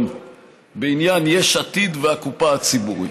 בעניין יש עתיד והקופה הציבורית.